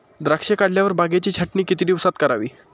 द्राक्षे काढल्यावर बागेची छाटणी किती दिवसात करावी?